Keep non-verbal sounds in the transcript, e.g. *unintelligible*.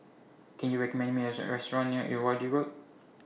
Can YOU recommend Me *unintelligible* A Restaurant near Irrawaddy Road